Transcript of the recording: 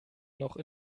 noch